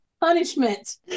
Punishment